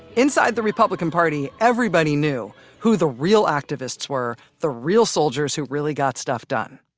inside the republican party, everybody knew who the real activists were, the real soldiers who really got stuff done.